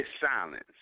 silence